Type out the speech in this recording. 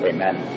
Amen